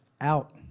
out